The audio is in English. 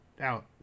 out